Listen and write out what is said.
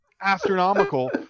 astronomical